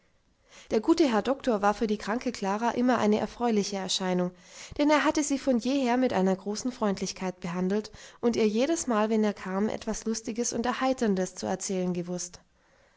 der gute herr doktor war für die kranke klara immer eine erfreuliche erscheinung denn er hatte sie von jeher mit einer großen freundlichkeit behandelt und ihr jedesmal wenn er kam etwas lustiges und erheiterndes zu erzählen gewußt